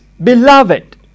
Beloved